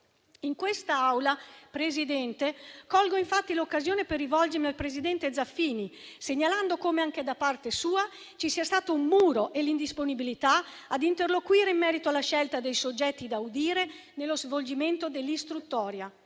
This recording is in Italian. In questa Aula, Presidente, colgo infatti l'occasione per rivolgermi al presidente Zaffini, segnalando come anche da parte sua ci siano stati un muro e l'indisponibilità ad interloquire in merito alla scelta dei soggetti da audire nello svolgimento dell'istruttoria.